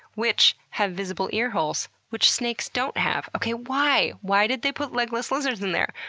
which have visible ear holes, which snakes don't have. okay, whyyyy? why did they put legless lizards in there?